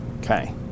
Okay